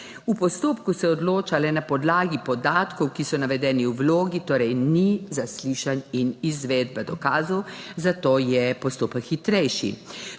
V postopku se odloča le na podlagi podatkov, ki so navedeni v vlogi, torej ni zaslišanj in izvedbe dokazov, zato je postopek hitrejši.